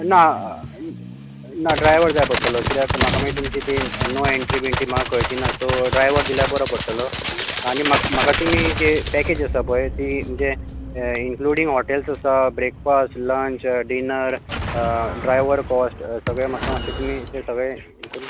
ना ना ड्रायवर जाय पडटलो कित्याक म्हाका मागीर तुमचे ते नो एंट्री बीन ती म्हाका कळचीना सो ड्रायवर दिल्यार बरो पडटलो आनी म्हाका म्हाका तुमी पॅकेज आसा पळय ती म्हणजे इन्क्लुडींग हॉटेल्स आसा breakfast lunch dinner driver cost सगळें म्हाका मात्शे तुमी सगळें